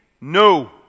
No